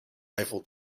eiffel